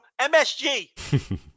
MSG